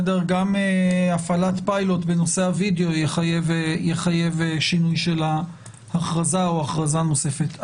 גם הפעלת פיילוט בנושא הווידאו תחייב שינוי של ההכרזה או הכרזה נוספת.